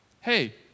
Hey